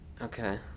okay